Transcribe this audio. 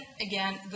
again